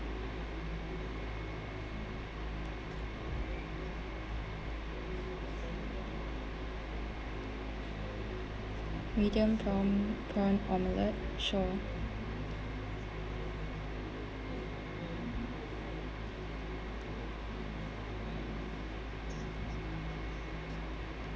medium prawn prawn omelet sure